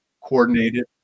coordinated